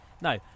No